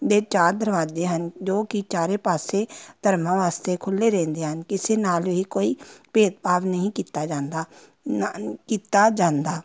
ਦੇ ਚਾਰ ਦਰਵਾਜ਼ੇ ਹਨ ਜੋ ਕਿ ਚਾਰੇ ਪਾਸੇ ਧਰਮਾਂ ਵਾਸਤੇ ਖੁੱਲ੍ਹੇ ਰਹਿੰਦੇ ਹਨ ਕਿਸੇ ਨਾਲ ਵੀ ਕੋਈ ਭੇਦਭਾਵ ਨਹੀਂ ਕੀਤਾ ਜਾਂਦਾ ਨ ਕੀਤਾ ਜਾਂਦਾ